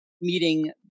meeting